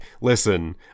listen